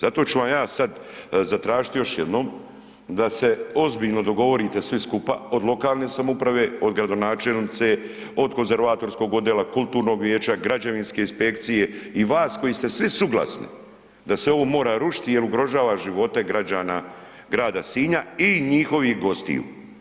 Zato ću vam ja sad zatražiti još jednom da se ozbiljno dogovorite svi skupa od lokalne samouprave, od gradonačelnice, od konzervatorskog odjela, kulturnog vijeća, građevinske inspekcije i vas koji ste svi suglasni da se ovo mora rušiti jel ugrožava živote građana grada Sinja i njihovih gostiju.